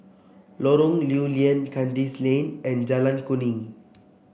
Lorong Lew Lian Kandis Lane and Jalan Kuning